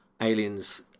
aliens